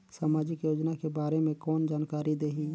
समाजिक योजना के बारे मे कोन जानकारी देही?